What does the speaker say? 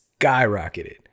skyrocketed